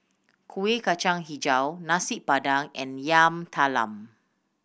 Kueh Kacang Hijau Nasi Padang and Yam Talam